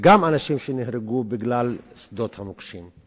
וגם אנשים שנהרגו בגלל שדות המוקשים.